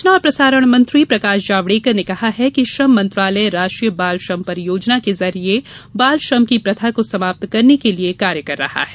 सुचना और प्रसारण मंत्री प्रकाश जावडेकर ने कहा है कि श्रम मंत्रालय राष्ट्रीय बाल श्रम परियोजना के जरिए बाल श्रम की प्रथा को समाप्त करने के लिए कार्य कर रहा है